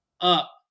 up